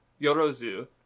Yorozu